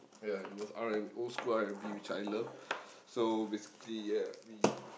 ya it was R and old school R-and-B which I love so basically ya we